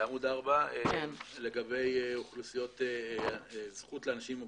בעמוד 4, לגבי זכות לאנשים עם מוגבלויות.